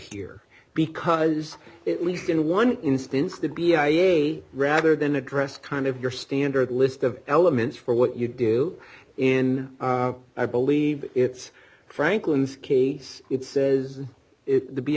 here because it least in one instance to be i e rather than address kind of your standard list of elements for what you do in i believe it's franklin's case it's is it the be